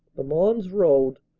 the mons road,